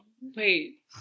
Wait